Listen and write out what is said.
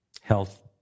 health